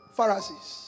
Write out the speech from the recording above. Pharisees